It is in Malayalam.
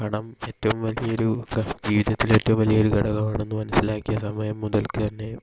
പണം ഏറ്റവും വലിയൊരു ജീവിതത്തിൽ ഏറ്റവും വലിയൊരു ഘടകമാണെന്ന് മനസ്സിലാക്കിയ സമയം മുതൽക്ക് തന്നെ